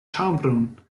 ĉambron